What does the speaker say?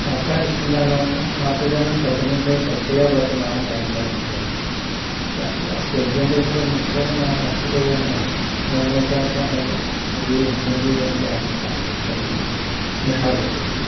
त मौक़ा ॾिसंदा रहंदा मां त चवंदसि सभिनी खे घटि या वधि माण्हू ॻाईंदा ई आहिनि सभु त बाक़ी हा स्टेजनि ते थोरो निखंरदो माण्हू अची थो वञे त उन हिसाब सां पंहिंजे ख़ूबी हुनुर बि तव्हांजो ॿाहिरि निकारे कढी थो सघे निखारे थो सघे